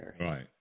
Right